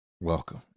Welcome